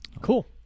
Cool